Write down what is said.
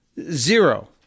Zero